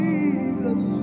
Jesus